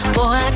Boy